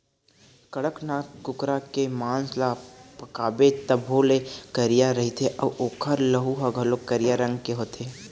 कड़कनाथ कुकरा के मांस ल पकाबे तभो ले करिया रहिथे अउ ओखर लहू ह घलोक करिया रंग के होथे